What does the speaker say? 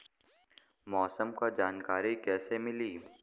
मौसम के जानकारी कैसे मिली?